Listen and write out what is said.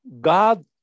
God